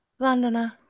Vandana